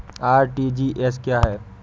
RTGS क्या है?